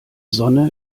sonne